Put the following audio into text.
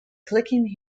clicking